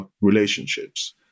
relationships